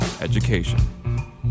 education